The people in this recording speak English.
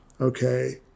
Okay